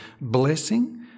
blessing